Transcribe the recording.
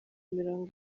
imirongo